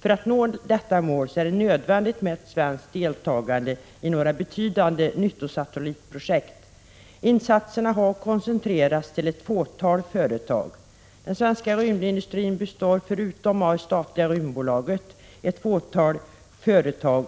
För att nå detta mål är det nödvändigt med ett svenskt deltagande i några betydande nyttosatellitprojekt. Insatserna har koncentrerats till ett fåtal företag. Den svenska rymdindustrin består av, förutom det statliga Rymdbolaget, ett fåtal företag.